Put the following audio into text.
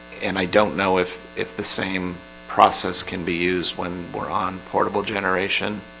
and i don't know if if the same process can be used when we're on portable generation